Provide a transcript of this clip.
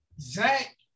Zach